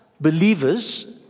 believers